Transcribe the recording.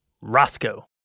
roscoe